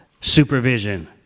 supervision